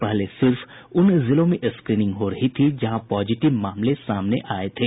पहले सिर्फ उन जिलों में स्वीनिंग हो रही थी जहां पॉजिटिव मामले सामने आये थे